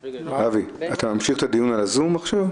אבי, אתה ממשיך את הדיון על הזום עכשיו?